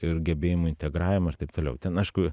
ir gebėjimų integravimą ir taip toliau ten aišku